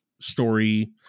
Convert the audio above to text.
story